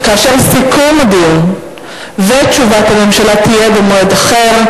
סיכום הדיון ותשובת הממשלה יהיו במועד אחר.